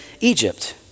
Egypt